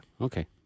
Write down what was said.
Okay